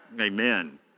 Amen